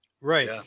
right